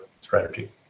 strategy